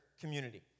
community